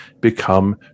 become